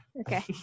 okay